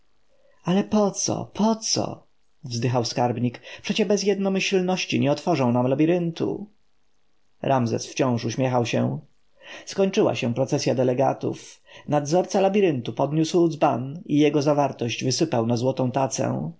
ale poco to poco wzdychał skarbnik przecież bez jednomyślności nie otworzą nam labiryntu ramzes wciąż uśmiechał się skończyła się procesja delegatów nadzorca labiryntu podniósł dzban i jego zawartość wysypał na złotą tacę